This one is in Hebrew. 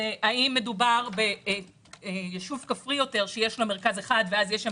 האם מדובר בישוב כפרי יותר שיש לו מרכז אחד ואז יש שם